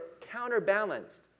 counterbalanced